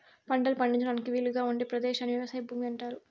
పంటలు పండించడానికి వీలుగా ఉండే పదేశాన్ని వ్యవసాయ భూమి అంటారు